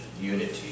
unity